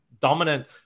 dominant